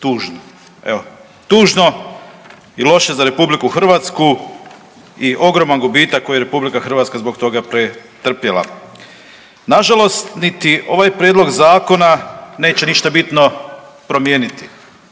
Tužno, evo tužno i loše za RH i ogroman gubitak koji je RH zbog toga pretrpjela. Nažalost niti ovaj prijedlog zakona neće ništa bitno promijeniti,